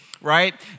right